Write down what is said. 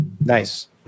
Nice